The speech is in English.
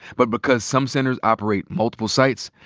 but because some centers operate multiple sites,